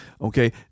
okay